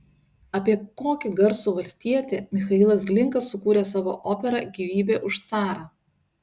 apie kokį garsų valstietį michailas glinka sukūrė savo operą gyvybė už carą